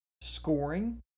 scoring